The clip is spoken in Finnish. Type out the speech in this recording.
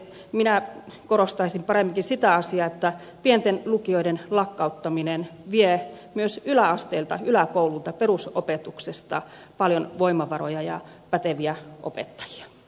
minä korostaisin paremminkin sitä asiaa että pienten lukioiden lakkauttaminen vie myös yläasteelta yläkoululta perusopetuksesta paljon voimavaroja ja päteviä opettajia